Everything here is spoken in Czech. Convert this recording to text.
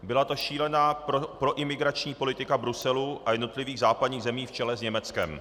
Byla to šílená proimigrační politika Bruselu a jednotlivých západních zemí v čele s Německem.